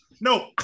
no